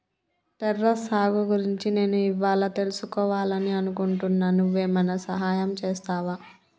terrace సాగు గురించి నేను ఇవ్వాళా తెలుసుకివాలని అనుకుంటున్నా నువ్వు ఏమైనా సహాయం చేస్తావా